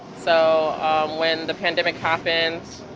so when the pandemic happens,